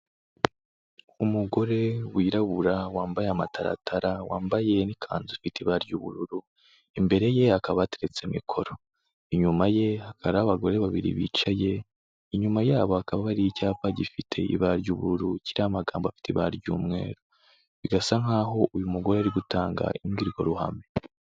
Umugore wirabura wambaye amataratara wambaye n'ikanzu ifite ibara ry'ubururu, imbere ye hakaba hateretse mikoro, inyuma ye hakaba hari abagore babiri bicaye, inyuma yabo hakaba hari icyapa gifite ibara ry'ubururu kiriho amagambo afite ibara ry'umweru, bigasa nk'aho uyu mugore ari gutanga imbwirwaruhame.